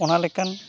ᱚᱱᱟᱞᱮᱠᱟᱱ